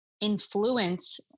influence